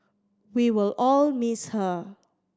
we will all miss her